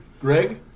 Greg